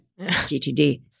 GTD